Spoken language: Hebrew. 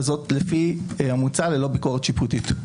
וזאת לפי המוצע ללא ביקורת שיפוטית.